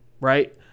right